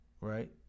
right